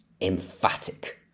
emphatic